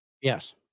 Yes